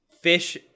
Fish